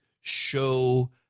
show